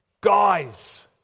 Guys